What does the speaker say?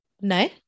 No